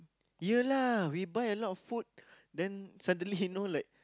you lah we buy a lot of food then suddenly no like